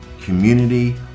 community